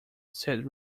said